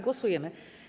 Głosujemy.